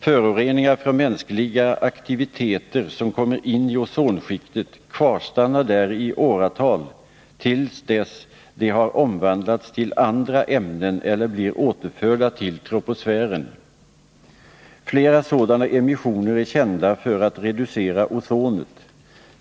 Föroreningar från mänskliga aktiviteter som kommer in i ozonskiktet kvarstannar där i åratal, till dess de har omvandlats till andra ämnen eller blir återförda till troposfären. Flera sådana immisioner är kända för att reducera ozonet.